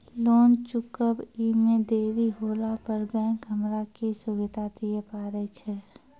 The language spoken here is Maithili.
लोन चुकब इ मे देरी होला पर बैंक हमरा की सुविधा दिये पारे छै?